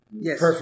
Yes